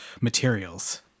materials